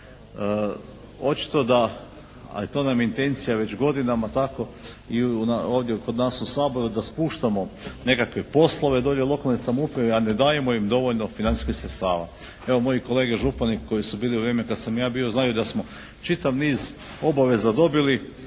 Očito da, a i to nam je intencija već godinama i tako i ovdje kod nas u Saboru da spuštamo nekakve poslove …/Govornik se ne razumije./… lokalnoj samoupravi, a ne dajemo im dovoljno financijskih sredstava. Evo moji kolege župani koji su bili u vrijeme kad sam ja bio znaju da smo čitav niz obaveza dobili